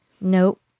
nope